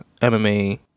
MMA